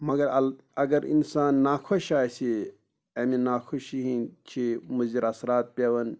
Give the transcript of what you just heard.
مگر اگر اِنسان ناخۄش آسہِ اَمہِ ناخوشی ہِنٛدۍ چھِ مُضِر اثرات پٮ۪وان